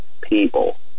people